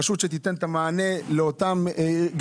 רשות שתיתן את המענה גם לארגונים,